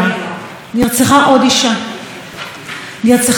נרצחה עוד אישה על ידי בעלה השוטר,